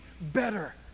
better